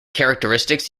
characteristics